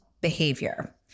behavior